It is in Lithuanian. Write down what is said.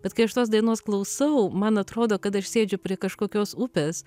bet kai aš tos dainos klausau man atrodo kad aš sėdžiu prie kažkokios upės